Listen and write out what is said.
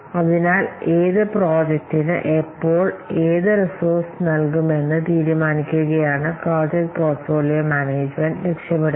അതിനാൽ ഏത് പ്രോജക്റ്റിന് എപ്പോൾ ഏത് റിസോഴ്സ് നൽകുമെന്ന് തീരുമാനിക്കുകയാണ് പ്രോജക്ട് പോർട്ട്ഫോളിയോ മാനേജുമെന്റ് ലക്ഷ്യമിടുന്നത്